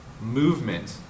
movement